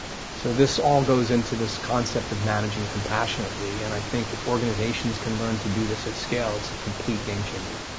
so this all goes into this concept of managing compassionately and i think if organizations can learn to do this at scale, it's a complete game changer.